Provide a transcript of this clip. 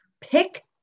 pick